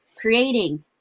creating